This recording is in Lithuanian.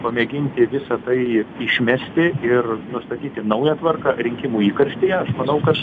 pamėginti visa tai išmesti ir nustatyti naują tvarką rinkimų įkarštyje aš manau kad